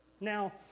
Now